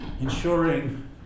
ensuring